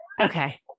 okay